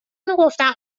میگفتن